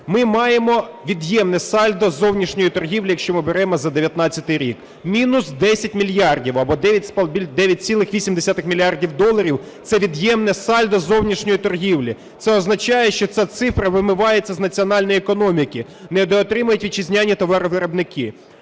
Ми маємо від'ємне сальдо зовнішньої торгівлі, якщо ми беремо за 2019 рік – мінус 10 мільярдів, або 9,8 мільярдів доларів – це від'ємне сальдо зовнішньої торгівлі. Це означає, що ця цифра вимивається з національної економіки, недоотримують вітчизняні товаровиробники.